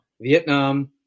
Vietnam